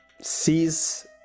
sees